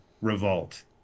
revolt